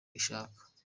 ishaka